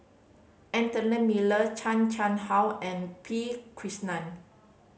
Anthony Miller Chan Chang How and P Krishnan